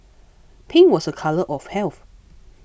pink was a colour of health